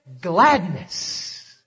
gladness